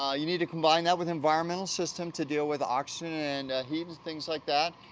um you need to combine that with environmental system to deal with oxygen and heat and things like that.